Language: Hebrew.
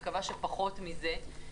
אני מקווה שפחות מזה,